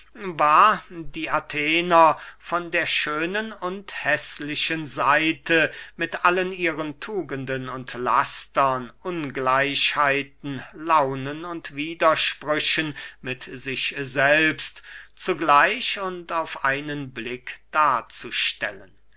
war die athener von der schönen und häßlichen seite mit allen ihren tugenden und lastern ungleichheiten launen und widersprüchen mit sich selbst zugleich und auf einen blick darzustellen